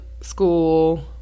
school